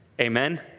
Amen